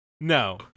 No